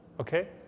Okay